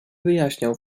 wyjaśniał